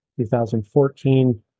2014